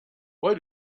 why